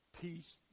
peace